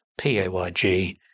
PAYG